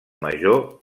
major